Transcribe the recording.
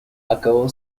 acabó